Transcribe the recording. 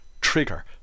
trigger